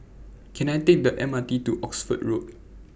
Can I Take The M R T to Oxford Road